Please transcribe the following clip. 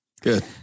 Good